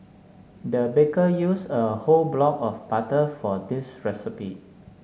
the baker used a whole block of butter for this recipe